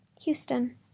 Houston